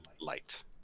light